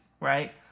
right